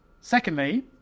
Secondly